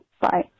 Bye